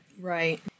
right